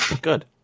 Good